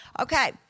Okay